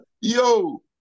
Yo